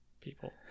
people